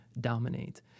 dominate